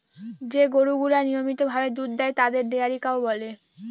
যে গরুগুলা নিয়মিত ভাবে দুধ দেয় তাদের ডেয়ারি কাউ বলে